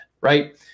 right